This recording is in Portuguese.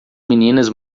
meninas